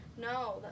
No